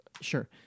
Sure